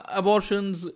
abortions